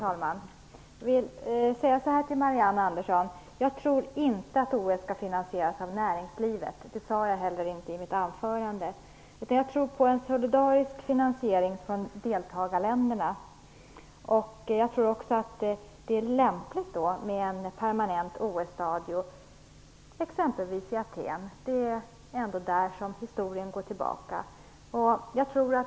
Herr talman! Jag vill säga till Marianne Andersson att jag inte tror att OS skall finansieras av näringslivet. Det sade jag inte heller i mitt anförande. Jag tror på en solidarisk finansiering från deltagarländerna. Jag tror också att det då är lämpligt med ett permanent OS-stadion, exempelvis i Aten, dit historien går tillbaka.